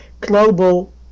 global